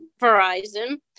Verizon